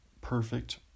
perfect